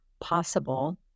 possible